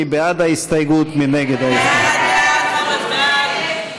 מרב מיכאלי, איתן כבל, מיקי רוזנטל,